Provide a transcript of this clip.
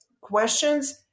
questions